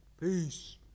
Peace